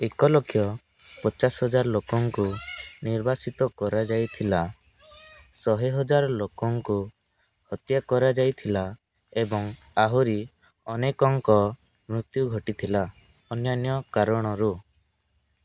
ଏକ ଲକ୍ଷ ପଚାଶ ହଜାର ଲୋକଙ୍କୁ ନିର୍ବାସିତ କରାଯାଇଥିଲା ଶହେ ହଜାର ଲୋକଙ୍କୁ ହତ୍ୟା କରାଯାଇଥିଲା ଏବଂ ଆହୁରି ଅନେକଙ୍କ ମୃତ୍ୟୁ ଘଟିଥିଲା ଅନ୍ୟାନ୍ୟ କାରଣରୁ